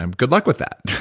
and good luck with that.